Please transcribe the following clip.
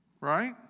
Right